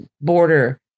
border